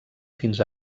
fins